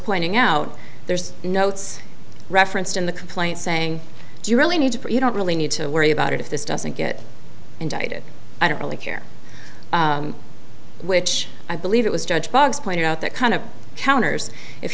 pointing out there's notes referenced in the complaint saying do you really need for you don't really need to worry about it if this doesn't get indicted i don't really care which i believe it was judge boggs pointed out that kind of counters if